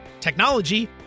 technology